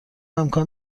امکان